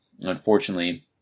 Unfortunately